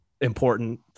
important